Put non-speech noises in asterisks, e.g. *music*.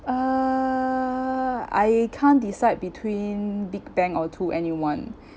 uh I can't decide between big bang or 2NE1 *breath*